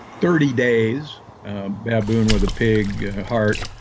thirty days baboon with a pig heart.